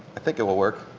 i think it will work.